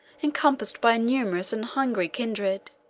encompassed by a numerous and hungry kindred.